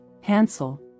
Hansel